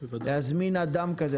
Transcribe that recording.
להזמין אדם כזה,